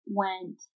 went